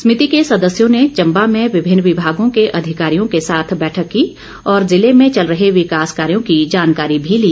समिति के सदस्यों ने चम्बा में विभिन्न विभागों के अधिकारियों के साथ बैठक की और जिले में चल रहे विकास कार्यों की जानकारी भी ली